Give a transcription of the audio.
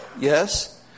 Yes